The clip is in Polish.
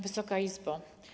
Wysoka Izbo!